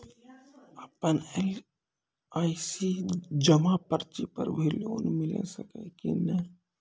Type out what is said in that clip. आपन एल.आई.सी जमा पर्ची पर भी लोन मिलै छै कि नै?